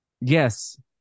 Yes